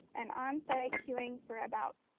and onsite queuing for about,